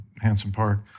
Hanson-Park